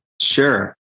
Sure